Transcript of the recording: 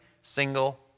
single